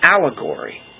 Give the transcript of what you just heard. allegory